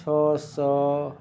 छओ सओ